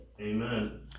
Amen